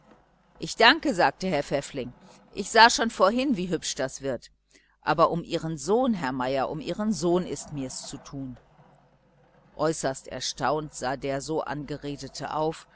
ich danke sagte herr pfäffling ich sah schon vorhin wie hübsch das wird aber um ihren sohn herr meier um ihren sohn ist mir's zu tun äußerst erstaunt sah der so angeredete auf